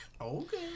Okay